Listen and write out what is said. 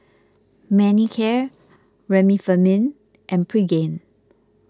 Manicare Remifemin and Pregain